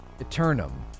Eternum